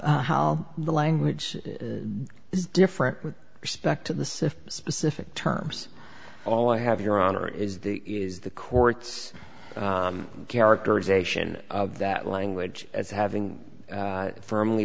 the language is different with respect to the city specific terms all i have your honor is the is the court's characterization of that language as having firmly